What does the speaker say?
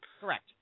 Correct